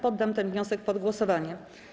Poddam ten wniosek pod głosowanie.